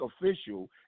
official